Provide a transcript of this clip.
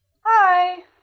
Hi